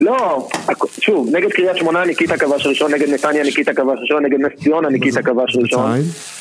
לא, שוב, נגד קריית שמונה ניקיטה כבש ראשון, נגד נתניה ניקיטה כבש ראשון, נגד נס ציונה ניקיטה כבש ראשון